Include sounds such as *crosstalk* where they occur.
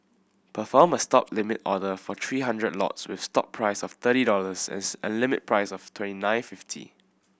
perform a Stop limit order for three hundred lots with stop price of thirty dollars and *unintelligible* and limit price of twenty nine fifty